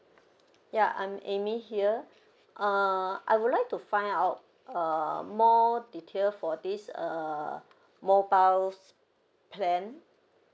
ya I'm amy here uh I would like to find out uh more detail for this err mobile plan